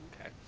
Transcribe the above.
okay